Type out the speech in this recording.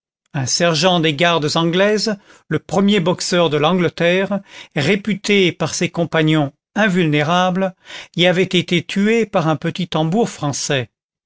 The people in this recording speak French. un sergent des gardes anglaises le premier boxeur de l'angleterre réputé par ses compagnons invulnérable y avait été tué par un petit tambour français